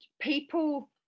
people